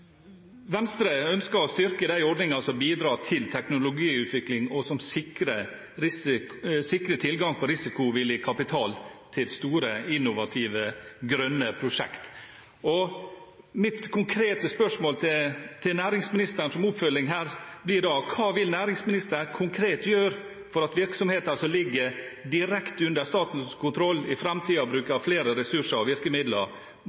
Venstre ønsker å styrke de ordningene som bidrar til teknologiutvikling, og som sikrer tilgang på risikovillig kapital til store, innovative grønne prosjekt. Mitt konkrete oppfølgingsspørsmål til næringsministeren blir da: Hva vil næringsministeren konkret gjøre for at virksomheter som ligger direkte under statens kontroll, i framtiden bruker flere ressurser og